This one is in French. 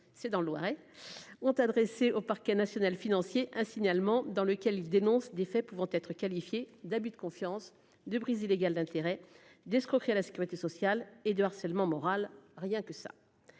c'est dans le Loiret ont adressé au parquet national financier, un signalement dans lequel il dénonce des faits pouvant être qualifiés d'abus de confiance, de prise illégale d'intérêts d'escroquerie à la sécurité sociale et de harcèlement moral. Rien que ça.